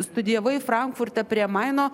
studijavai frankfurte prie maino